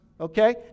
okay